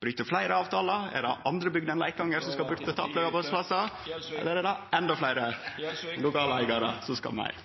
Bryte fleire avtalar? Er det andre bygder enn Leikanger ? Eller skal endå fleire